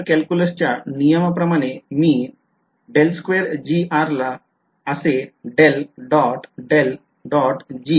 ते आपण vector calculus च्या नियमाप्रमाणे मी याला असे लिहीतो